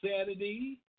Saturday